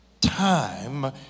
Time